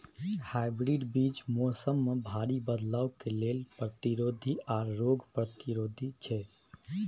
hybrid बीज मौसम में भारी बदलाव के लेल प्रतिरोधी आर रोग प्रतिरोधी छै